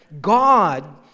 God